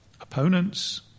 opponents